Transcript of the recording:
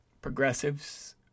progressives